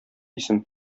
исем